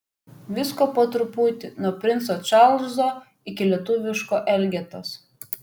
visko po truputį nuo princo čarlzo iki lietuviško elgetos